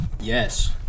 Yes